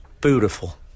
beautiful